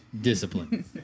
Discipline